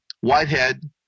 Whitehead